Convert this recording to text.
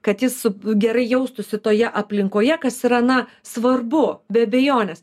kad jis gerai jaustųsi toje aplinkoje kas yra na svarbu be abejonės